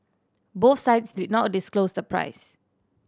both sides did not disclose the price